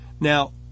Now